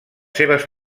seves